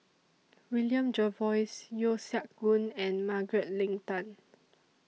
William Jervois Yeo Siak Goon and Margaret Leng Tan